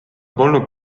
polnud